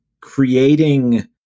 creating